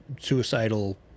suicidal